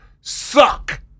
suck